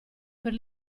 per